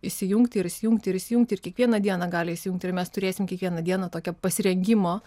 įsijungti ir išsijungti ir įsijungti ir kiekvieną dieną gali įsijungti ir mes turėsim kiekvieną dieną tokią pasirengimo